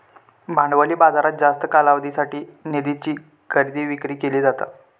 भांडवली बाजारात जास्त कालावधीसाठी निधीची खरेदी विक्री केली जाता